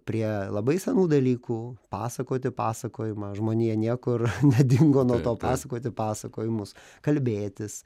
prie labai senų dalykų pasakoti pasakojimą žmonija niekur nedingo nuo to pasakoti pasakojimus kalbėtis